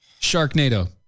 Sharknado